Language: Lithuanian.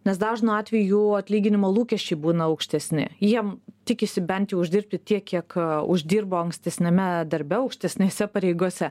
nes dažnu atveju jų atlyginimo lūkesčiai būna aukštesni jie tikisi bent jau uždirbti tiek kiek uždirbo ankstesniame darbe aukštesnėse pareigose